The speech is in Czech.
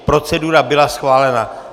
Procedura byla schválena.